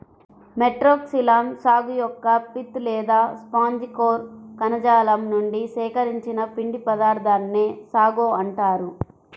Metroxylon సాగు యొక్క pith లేదా స్పాంజి కోర్ కణజాలం నుండి సేకరించిన పిండి పదార్థాన్నే సాగో అంటారు